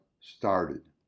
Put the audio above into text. started